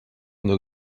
une